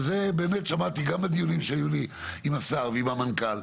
ואת זה גם שמעתי מדיונים עם השר ועם המנכ"ל,